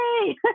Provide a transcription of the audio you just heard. Yay